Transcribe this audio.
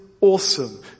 awesome